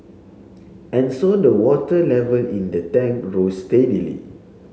and so the water level in the tank rose steadily